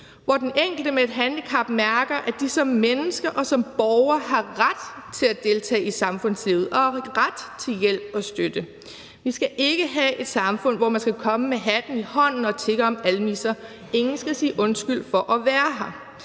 hvor den enkelte med et handicap mærker, at de som menneske og som borger har ret til at deltage i samfundslivet og ret til hjælp og støtte. Vi skal ikke have et samfund, hvor man skal komme med hatten i hånden og tigge om almisser. Ingen skal sige undskyld for at være her.